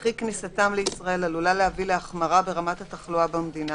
וכי כניסתם לישראל עלולה להביא לרמת התחלואה במדינה,